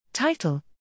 Title